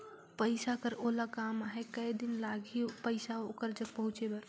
पइसा कर ओला काम आहे कये दिन लगही पइसा ओकर जग पहुंचे बर?